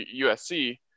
USC